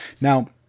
now